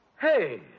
Hey